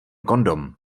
kondom